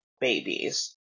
babies